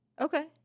Okay